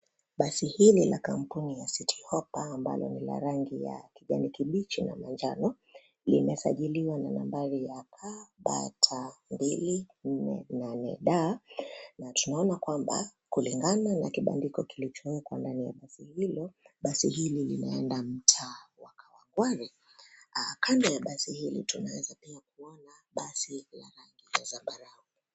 Basi hili linakaa mkomo wa (cs) City Hoppa (cs) ambalo lina rangi ya kijani kibichi na manjano. Limesajiliwa na nambari ya KBT 248D, na tunaona kwamba, kulingana na kibandiko kilichowekwa ndani ya basi hilo, basi hili linaenda mtaa wa (cs) Kawangware (cs). Kando ya basi hili, tunaweza pia kuona basi la rangi ya zambarau.